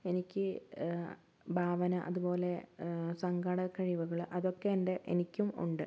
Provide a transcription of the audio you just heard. എനിക്ക് ഭാവന അതുപോലെ സങ്കട കഴിവുകള് അതൊക്കെ എൻ്റെ എനിക്കും ഉണ്ട്